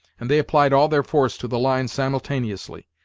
and they applied all their force to the line simultaneously,